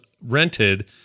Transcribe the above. rented